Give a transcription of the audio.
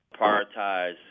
prioritize